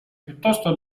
piuttosto